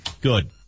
Good